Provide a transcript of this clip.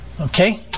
Okay